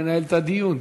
2539,